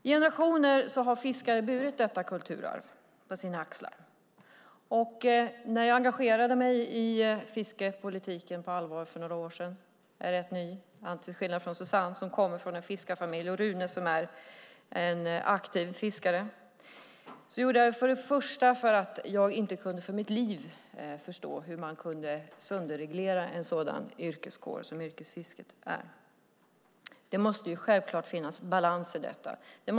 I generationer har fiskare burit detta kulturarv på sina axlar. När jag på allvar engagerade mig i fiskepolitiken för några år sedan - jag är rätt ny, till skillnad från Suzanne som kommer från en fiskarfamilj och Rune som är aktiv fiskare - gjorde jag det för det första för att jag inte för mitt liv kunde förstå hur man kunde sönderreglera en yrkeskår som yrkesfiskarna. Det måste självklart finnas balans i detta.